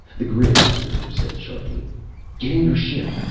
the grid operator said sharply get in your ship!